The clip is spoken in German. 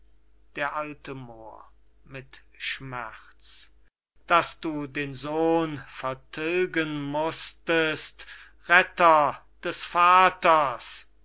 d a moor mit schmerz daß du den sohn vertilgen mußtest retter des vaters